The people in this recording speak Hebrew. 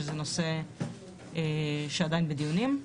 זה נושא שעדיין בדיונים;